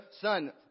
Son